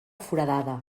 foradada